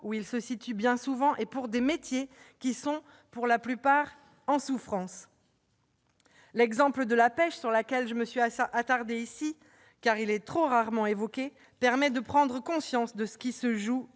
où il se situe bien souvent et pour des métiers pour la plupart en souffrance. L'exemple de la pêche, sur lequel je me suis attardée, car il est trop rarement évoqué, permet de prendre conscience de ce qui se joue.